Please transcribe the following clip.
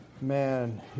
man